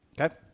Okay